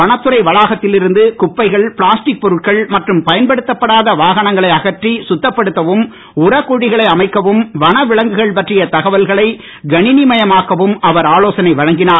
வனத்துறை வளாகத்தில் இருந்து குப்பைகள் பிளாஸ்டிக் பொருட்கள் மற்றும் பயன்படுத்தப்படாத வாகனங்களை அகற்றி சுத்தப்படுத்தவும் உரக்குழிகளை அமைக்கவும் வனவிலங்குகள் பற்றிய தகவல்களை கணினி மயமாக்கவும் அவர் ஆலோசனை வழங்கினார்